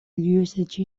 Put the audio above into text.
usage